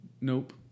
Nope